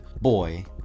boy